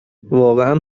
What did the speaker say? واقعا